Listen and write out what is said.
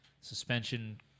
Suspension